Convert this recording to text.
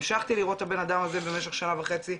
המשכתי לראות את הבנאדם הזה במשך שנה וחצי,